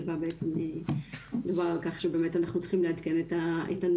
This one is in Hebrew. שבה בעצם דובר על כך שבאמת אנחנו צריכים לעדכן את הנוהל.